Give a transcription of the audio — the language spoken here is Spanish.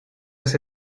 ese